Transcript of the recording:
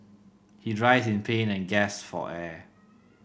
he writhed in pain and gasped for air